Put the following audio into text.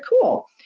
cool